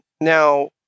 Now